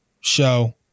show